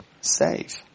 save